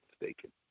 mistaken